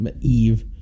Eve